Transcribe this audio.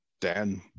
Dan